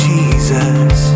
Jesus